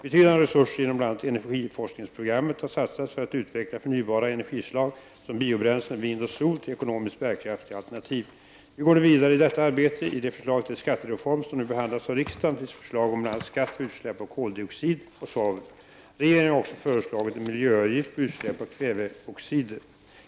Betydande resurser inom bl.a. energiforskningsprogrammet har satsats för att utveckla förnybara energislag som biobränslen, vind och sol till ekonomiskt bärkraftiga alternativ. Vi går nu vidare i detta arbete. I det förslag till skattereform som nu behandlas av riksdagen finns förslag om bl.a. skatt på utsläpp av koldioxid och svavel. Regeringen har också föreslagit en miljö avgift på utsläpp av kväveoxider.